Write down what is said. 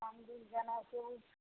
रामदीन जेनाइ छै ओ